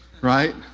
right